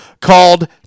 called